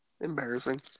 Embarrassing